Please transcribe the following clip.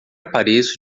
apareço